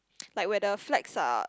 like where the flags are